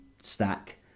stack